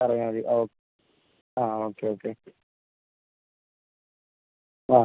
പറഞ്ഞാൽ മതി ഓക്കെ ആ ഓക്കെ ഓക്കെ ആ